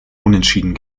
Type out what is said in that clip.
unentschieden